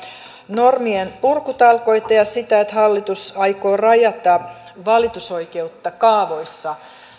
normienpurkutalkoita ja sitä että hallitus aikoo rajata valitusoikeutta kaavoissa